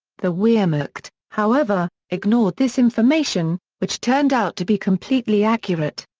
the wehrmacht, however, ignored this information, which turned out to be completely accurate.